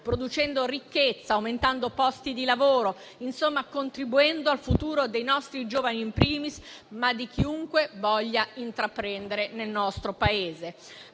producendo ricchezza, aumentando posti di lavoro, in sostanza contribuendo al futuro dei nostri giovani *in primis* e di chiunque voglia intraprendere nel nostro Paese.